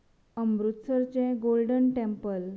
अमृतसरचें Golden temple